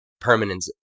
permanence